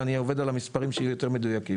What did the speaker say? ואני עובד על המספרים שיהיו יותר מדויקים.